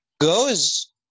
goes